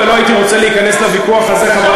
אני לא הייתי רוצה להיכנס לוויכוח הזה,